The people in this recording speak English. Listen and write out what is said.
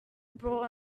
brawl